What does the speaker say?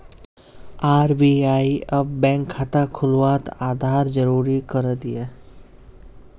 RBI अब bank खाता खुलवात आधार ज़रूरी करे दियाः